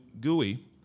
gooey